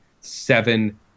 seven